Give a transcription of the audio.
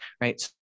right